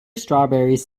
strawberries